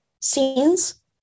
scenes